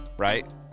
Right